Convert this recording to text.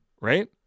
right